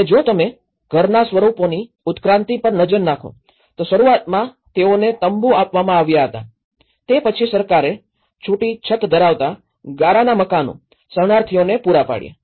અને જો તમે ઘરના સ્વરૂપોની ઉત્ક્રાંતિ પર નજર નાખો તો શરૂઆતમાં તેઓને તંબુ આપવામાં આવ્યા હતા તે પછી સરકારે છૂટી છત ધરાવતા ગારાના મકાનો શરણાર્થીઓને પૂરા પાડ્યા છે